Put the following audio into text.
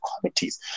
committees